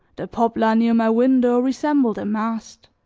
the poplar near my window resembled a mast